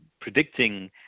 predicting